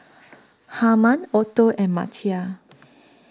Harman Otto and Matthias